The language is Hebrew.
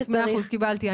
מאה אחוז, קיבלתי.